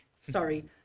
Sorry